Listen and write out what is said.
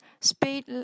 speed